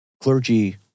clergy